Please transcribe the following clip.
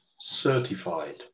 certified